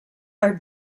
are